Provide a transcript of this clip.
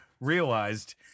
realized